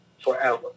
forever